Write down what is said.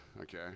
Okay